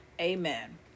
Amen